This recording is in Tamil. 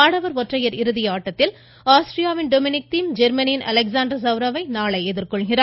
ஆடவர் ஒற்றையர் இறுதி ஆட்டத்தில் ஆஸ்திரியாவின் டொமினிக் தீம் ஜெர்மனியின் அலெச்ஸாண்டர் சௌரவ் ஐ நாளை எதிர்கொள்கிறார்